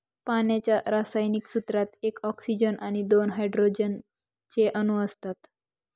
पाण्याच्या रासायनिक सूत्रात एक ऑक्सीजन आणि दोन हायड्रोजन चे अणु असतात